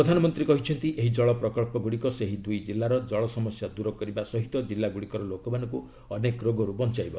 ପ୍ରଧାନମନ୍ତ୍ରୀ କହିଛନ୍ତି ଏହି ଜଳ ପ୍ରକଳଗୁଡ଼ିକ ସେହି ଦୁଇ ଜିଲ୍ଲାର ଜଳ ସମସ୍ୟା ଦୂର କରିବା ସହିତ କିଲ୍ଲାଗୁଡ଼ିକର ଲୋକମାନଙ୍କୁ ଅନେକ ରୋଗରୁ ବଞ୍ଚାଇବ